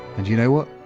and you know what?